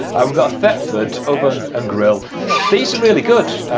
we've got a thetford oven and grill these are really good,